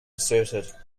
asserted